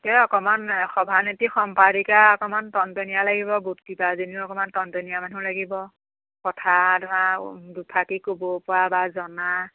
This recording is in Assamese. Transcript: এই অকমান সভানেতি সম্পাদিকা অকমান টনটনীয়া লাগিব বুট কিবা জনীও অকমান টনটনীয়া মানুহ লাগিব কথা ধৰা দুফাকি ক'ব পৰা বা জনা